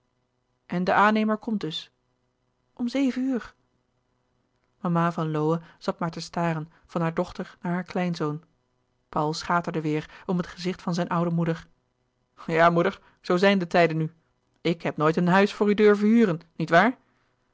en de aannemer komt dus om zeven uur mama van lowe zat maar te staren van haar dochter naar haar kleinzoon paul schaterde weêr om het gezicht van zijn oude moeder ja moeder zoo zijn de tijden nu ik heb nooit een huis voor u durven huren niet waar